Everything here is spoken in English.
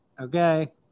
Okay